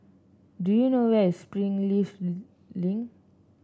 do you know where is Springleaf Link